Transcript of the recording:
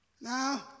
Now